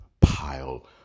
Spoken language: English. pile